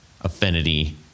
affinity